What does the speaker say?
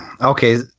Okay